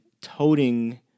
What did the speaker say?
Toting